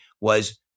was-